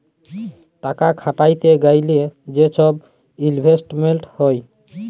টাকা খাটাইতে গ্যালে যে ছব ইলভেস্টমেল্ট হ্যয়